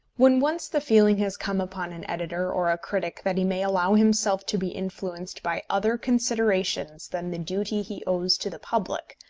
when once the feeling has come upon an editor or a critic that he may allow himself to be influenced by other considerations than the duty he owes to the public,